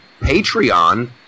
Patreon